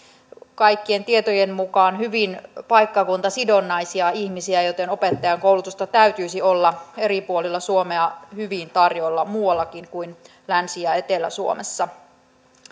kaikkien tietojen mukaan hyvin paikkakuntasidonnaisia ihmisiä joten opettajankoulutusta täytyisi olla eri puolilla suomea hyvin tarjolla muuallakin kuin länsi ja ja etelä suomessa